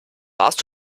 warst